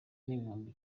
n’ibihumbi